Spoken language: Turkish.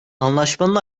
anlaşmanın